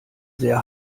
sehr